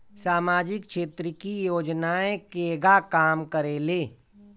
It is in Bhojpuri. सामाजिक क्षेत्र की योजनाएं केगा काम करेले?